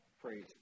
praise